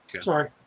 Sorry